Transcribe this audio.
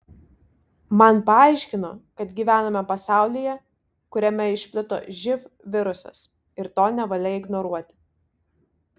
man paaiškino kad gyvename pasaulyje kuriame išplito živ virusas ir to nevalia ignoruoti